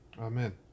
Amen